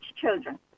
children